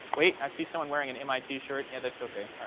wait, i see someone wearing an mit shirt. yeah, that's ok. all right.